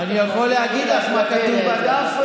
אני יכול להגיד לך מה כתוב בדף,